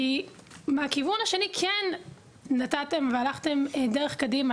כי מהכיוון השני כן נתתם והלכתם דרך קדימה.